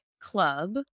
club